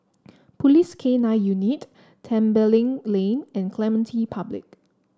Police K Nine Unit Tembeling Lane and Clementi Public